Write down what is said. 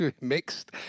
Mixed